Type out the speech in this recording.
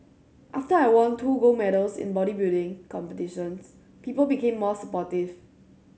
after I won two gold medals in bodybuilding competitions people became more supportive